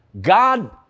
God